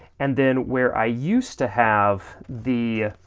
and then where i used to have the,